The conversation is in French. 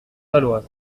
valois